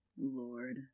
Lord